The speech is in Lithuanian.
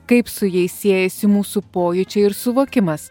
kaip su jais siejasi mūsų pojūčiai ir suvokimas